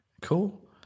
Cool